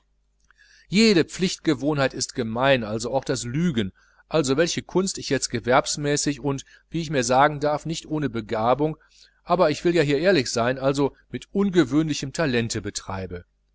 jede pflichtgewohnheit ist gemein also auch das lügen als welche kunst ich jetzt gewerbsmäßig und wie ich mir sagen darf nicht ohne begabung aber ich will ja hier ehrlich sein also mit ungewöhnlichem talente betreibe